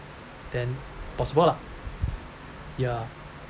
then possible lah ya